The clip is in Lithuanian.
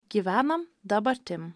gyvenam dabartim